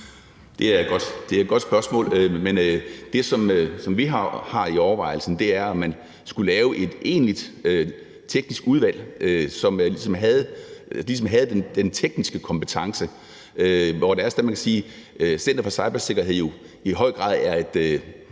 Det er et godt spørgsmål, men det, som vi har under overvejelse, er, om man skulle lave et egentligt teknisk udvalg, som havde den tekniske kompetence. Det er jo sådan, at Center for Cybersikkerhed i høj grad er et